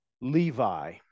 levi